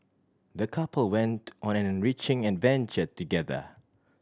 the couple went on an enriching adventure together